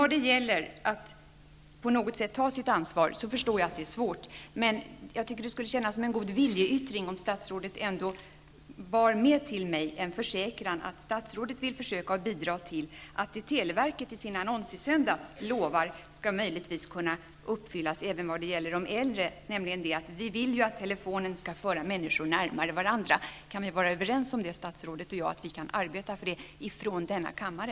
Jag förstår att det är svårt att i detta sammanhang ta sitt ansvar, men det skulle kännas som en god viljeyttring om statsrådet ändå bar med till mig en försäkran om att statsrådet vill försöka bidra till att det televerket i sin annons i söndags lovade skall kunna uppfyllas även vad gäller de äldre. Vi vill ju att telefonen skall föra människor närmare varandra. Kan statsrådet och jag vara överens om att arbeta för det ifrån denna kammare?